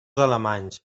alemanys